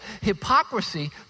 Hypocrisy